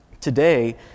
Today